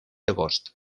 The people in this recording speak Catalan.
agost